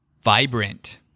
Vibrant